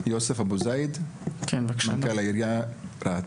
יוסף אבו זאיד, מנכ״ל עיריית רהט.